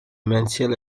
maintient